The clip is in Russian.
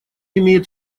имеет